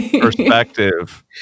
perspective